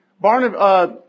Barnabas